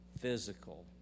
physical